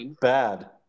bad